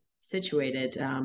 situated